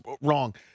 wrong